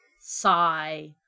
sigh